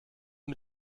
mit